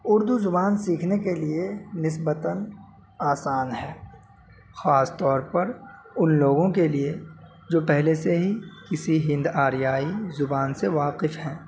اردو زبان سیکھنے کے لیے نسبتاً آسان ہے خاص طور پر ان لوگوں کے لیے جو پہلے سے ہی کسی ہند آریائی زبان سے واقف ہیں